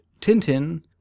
Tintin